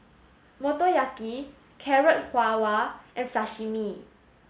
Motoyaki Carrot Halwa and Sashimi